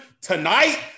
tonight